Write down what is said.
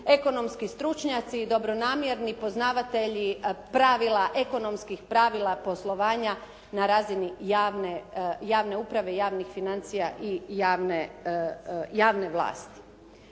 ekonomski stručnjaci i dobronamjerni poznavatelji pravila, ekonomskih pravila poslovanja na razini javne uprave, javnih financija i javne vlasti.